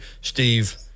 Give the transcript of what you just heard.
Steve